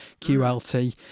QLT